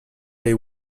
they